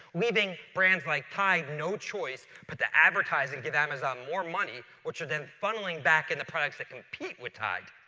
leaving brands like tide no choice but to advertise and give amazon more money, which are then funneling back into products that compete with tide.